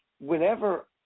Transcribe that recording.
whenever